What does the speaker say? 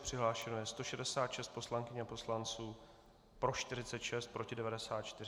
Přihlášeno je 166 poslankyň a poslanců, pro 46, proti 94.